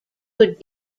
would